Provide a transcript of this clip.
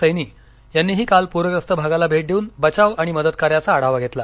सैनी यांनीही काल प्र्यस्त भागाला भेट देऊन बचाव आणि मदतकार्याचा आढावा घेतला